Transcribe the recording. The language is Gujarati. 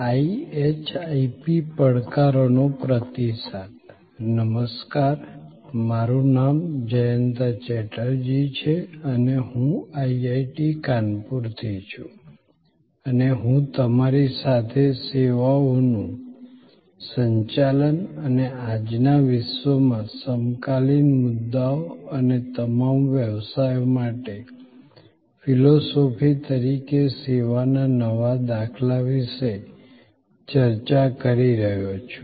IHIP પડકારોનો પ્રતિસાદ નમસ્કાર મારું નામ જયંતા ચેટર્જી છે અને હું IIT કાનપુરથી છું અને હું તમારી સાથે સેવાઓનું સંચાલન અને આજના વિશ્વમાં સમકાલીન મુદ્દાઓ અને તમામ વ્યવસાયો માટે ફિલસૂફી તરીકે સેવાના નવા દાખલા વિશે ચર્ચા કરી રહ્યો છું